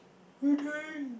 waiting